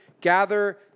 gather